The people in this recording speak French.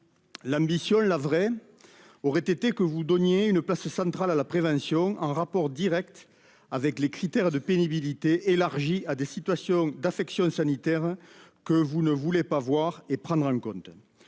L'ambition, la vraie, aurait été de donner une place centrale à la prévention, en rapport direct avec les critères de pénibilité élargis à des situations d'affection sanitaire que vous ne voulez pas voir ni prendre en compte.